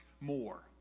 more